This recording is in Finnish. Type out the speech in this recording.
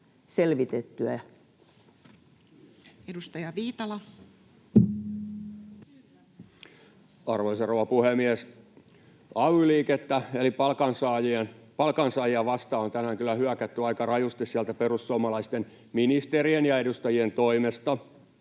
Edustaja Viitala. Arvoisa rouva puhemies! Ay-liikettä eli palkansaajia vastaan on tänään kyllä hyökätty aika rajusti sieltä perussuomalaisten ministerien ja edustajien toimesta.